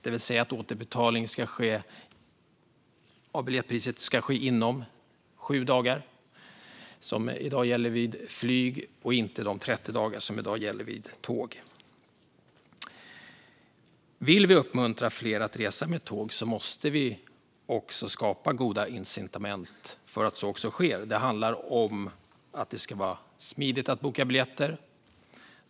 Det innebär då att återbetalning av biljettpriset ska ske inom 7 dagar, som i dag gäller för flyg, och inte inom 30 dagar, som i dag gäller för tåg. Vill vi uppmuntra fler att resa med tåg måste vi också skapa goda incitament för det. Det handlar om att det ska vara smidigt att boka biljetter.